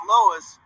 Lois